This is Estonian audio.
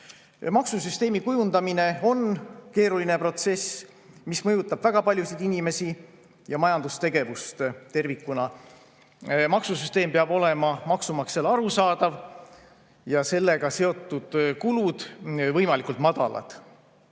Maksusüsteemi kujundamine on keeruline protsess, mis mõjutab väga paljusid inimesi ja majandustegevust tervikuna. Maksusüsteem peab olema maksumaksjale arusaadav ja sellega seotud kulud võimalikult madalad.